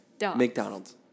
McDonald's